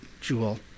jewel